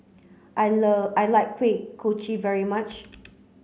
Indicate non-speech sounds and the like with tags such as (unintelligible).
I (unintelligible) I like Kuih Kochi very much